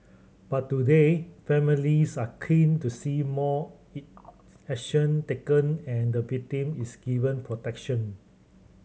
but today families are keen to see more it action taken and the victim is given protection